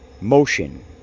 motion